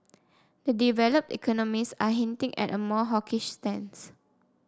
the developed economies are hinting at a more hawkish stance